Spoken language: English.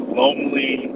lonely